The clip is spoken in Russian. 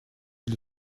для